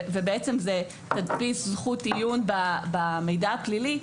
ובעצם זה תדפיס זכות עיון במידע הפלילי,